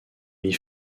mit